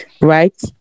Right